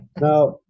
Now